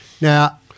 Now